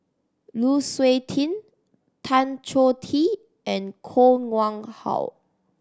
Lu Suitin Tan Choh Tee and Koh Nguang How